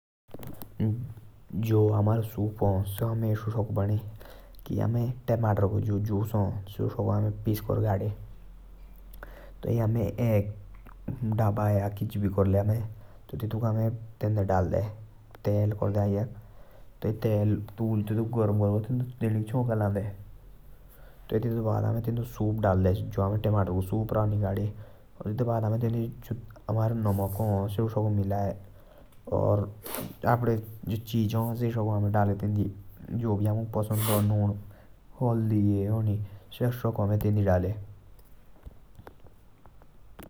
जो हमारो सूप ह तातुक अमेर असो साकु भने। जो टमाटरु को जूस ह तातुक साकु अमेर घडे। तब अमेर दाबा करदे तई अमेर तातुक थेंडो डालदे। तई तेंडो छौंका लांदे तई तेंडो सूप डालदे।